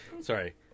Sorry